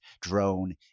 drone